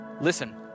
listen